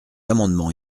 amendement